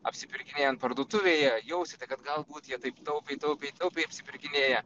apsipirkinėjant parduotuvėje jausite kad galbūt jie taip taupiai taupiai taupiai apsipirkinėja